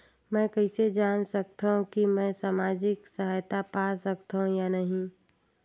मै कइसे जान सकथव कि मैं समाजिक सहायता पा सकथव या नहीं?